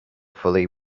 fully